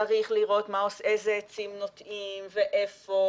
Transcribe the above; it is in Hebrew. צריך לראות איזה עצים נוטעים ואיפה